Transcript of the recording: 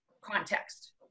context